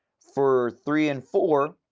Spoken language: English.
for three and four,